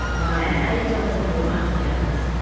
wow, that's eighty dollars a fortnight for gas.